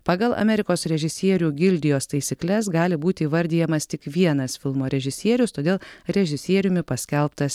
pagal amerikos režisierių gildijos taisykles gali būti įvardijamas tik vienas filmo režisierius todėl režisieriumi paskelbtas